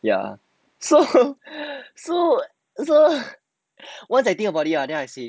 ya so so so once I think about it ah then I see